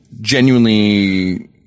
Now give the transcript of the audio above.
genuinely